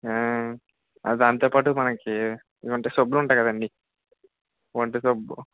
అవి దాంతోపాటు మనకు ఇవి ఉంటాయి సబ్బులు ఉంటాయి కదండి ఒంటి సబ్బు